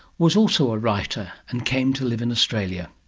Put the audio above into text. was also a writer and came to live in australia.